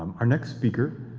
um our next speaker,